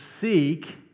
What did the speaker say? seek